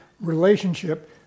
relationship